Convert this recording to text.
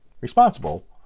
responsible